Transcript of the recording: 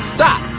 Stop